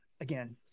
again